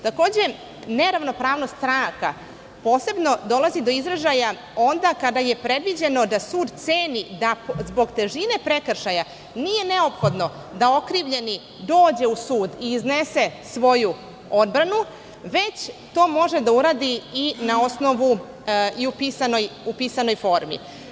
Takođe, neravnopravnost stranaka, posebno dolazi do izražaja onda kada je predviđeno da sud ceni zbog težine prekršaja da nije neophodno da okrivljeni dođe u sud i iznese svoju odbranu, već to može da uradi i na osnovu i u pisanoj formi.